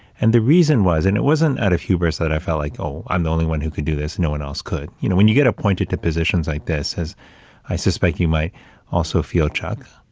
and the reason was, and it wasn't at a hubris that i felt like, oh, i'm the only one who could do this, no one else could you know, when you get appointed to positions like this, as i suspect you might also feel, chuck,